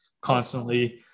constantly